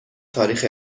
تاریخ